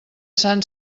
sant